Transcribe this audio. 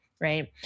right